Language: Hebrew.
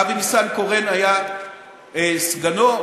אבי ניסנקורן היה סגנו,